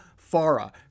Farah